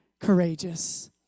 courageous